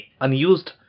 unused